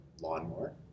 lawnmower